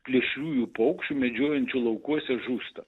plėšriųjų paukščių medžiojant laukuose žūsta